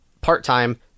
part-time